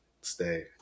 stay